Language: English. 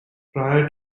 prior